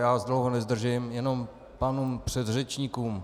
Já vás dlouho nezdržím, jenom k pánům předřečníkům.